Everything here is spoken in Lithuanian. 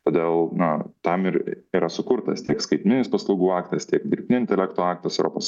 todėl na tam ir yra sukurtas tiek skaitmeninis paslaugų aktas tiek dirbtinio intelekto aktas europos